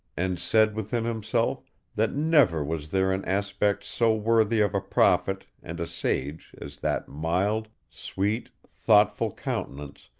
and said within himself that never was there an aspect so worthy of a prophet and a sage as that mild, sweet, thoughtful countenance,